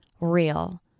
real